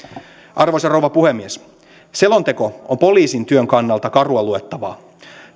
arvoisa rouva puhemies selonteko on poliisin työn kannalta karua luettavaa